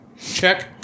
check